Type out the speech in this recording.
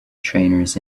trainers